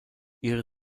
ihre